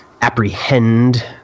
apprehend